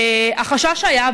החשש היה,